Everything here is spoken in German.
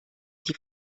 die